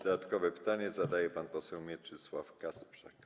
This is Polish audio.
Dodatkowe pytanie zadaje pan poseł Mieczysław Kasprzak.